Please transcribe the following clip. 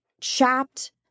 chapped